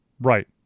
right